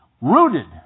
rooted